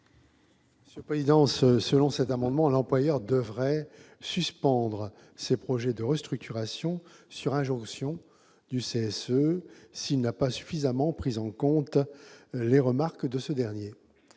les auteurs de cet amendement, l'employeur devrait suspendre ses projets de restructuration sur injonction du CSE, s'il n'a pas suffisamment pris en compte les remarques de ce dernier.